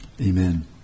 Amen